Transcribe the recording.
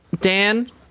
Dan